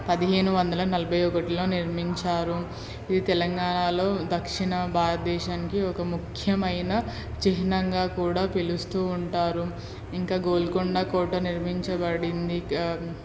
పదిహేను వందల నలభై ఒకటిలో నిర్మించారు ఇది తెలంగాణాలో దక్షిణ భారతదేశానికి ఒక ముఖ్యమైన చిహ్నంగా కూడా పిలుస్తూ ఉంటారు ఇంకా గోల్కొండ కోట నిర్మించబడింది